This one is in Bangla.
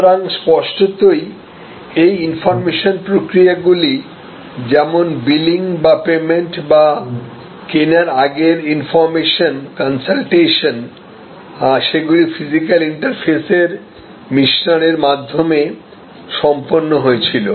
সুতরাং স্পষ্টতই এই ইনফর্মেশন প্রক্রিয়াগুলি যেমন বিলিং বা পেমেন্ট বা কেনার আগের ইনফর্মেশন কনসালটেশন সেগুলি ফিজিক্যাল ইন্টারফেসের মিশ্রণের মাধ্যমে সম্পন্ন হয়েছিল